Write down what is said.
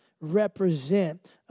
Represent